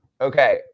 okay